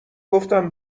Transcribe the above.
گفتم